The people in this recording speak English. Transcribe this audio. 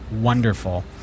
wonderful